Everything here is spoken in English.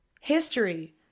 history